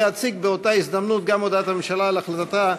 להציג באותה הזדמנות גם את הודעת הממשלה על החלטתה,